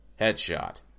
Headshot